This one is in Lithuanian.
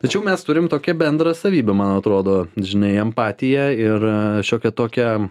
tačiau mes turim tokią bendrą savybę man atrodo žinai empatiją ir šiokią tokią